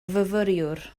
fyfyriwr